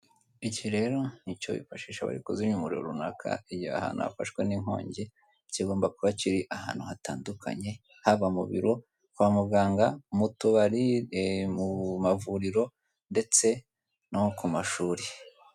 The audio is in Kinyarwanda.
Iki rero ni icyo bifashisha bari kuzimya umuriro runaka igihe ahantu hafashwe n'inkongi kigomba kuba kiri ahantu hatandukanye haba mu biro, kwa muganga, mu tubari eeh mu mavuriro ndetse no ku mashuri.